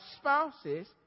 spouses